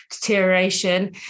deterioration